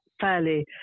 fairly